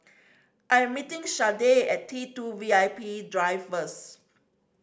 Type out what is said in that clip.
I am meeting Shade at T Two V I P Drive first